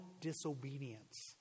disobedience